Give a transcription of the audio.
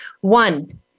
One